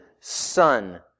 Son